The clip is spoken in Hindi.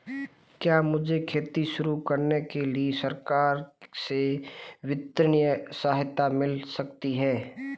क्या मुझे खेती शुरू करने के लिए सरकार से वित्तीय सहायता मिल सकती है?